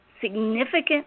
significant